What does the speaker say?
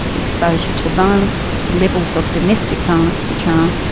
exposure to violence, levels of domestic violence which are.